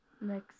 Next